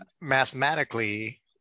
mathematically